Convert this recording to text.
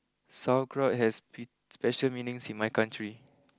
Sauerkraut has bit special meanings in my country